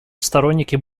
сторонники